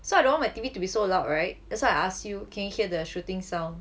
so I don't want my T_V to be so loud right that's why I ask you can hear the shooting sound yeah